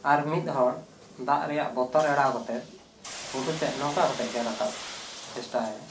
ᱟᱨ ᱢᱤᱫ ᱦᱚᱲ ᱫᱟᱜ ᱨᱮᱭᱟᱜ ᱵᱚᱛᱚᱨ ᱮᱲᱟᱣ ᱠᱟᱛᱮᱜ ᱜᱷᱩᱴᱩ ᱥᱮᱫ ᱱᱚᱝᱠᱟ ᱠᱟᱛᱮᱫ ᱨᱟᱠᱟᱵ ᱪᱮᱥᱴᱟᱭᱟᱭ